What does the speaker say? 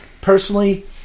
Personally